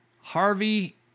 Harvey